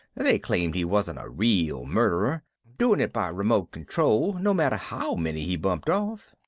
they claimed he wasn't a real murderer, doing it by remote control, no matter how many he bumped off.